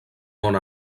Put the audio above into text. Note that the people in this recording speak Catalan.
món